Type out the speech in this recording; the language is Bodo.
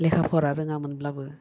लेखा फरा रोङामोनब्लाबो